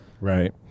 Right